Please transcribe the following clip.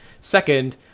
second